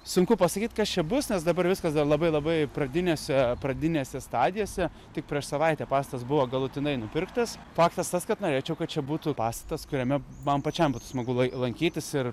sunku pasakyt kas čia bus nes dabar viskas dar labai labai pradinėse pradinėse stadijose tik prieš savaitę pastatas buvo galutinai nupirktas faktas tas kad norėčiau kad čia būtų pastatas kuriame man pačiam būtų smagu lankytis ir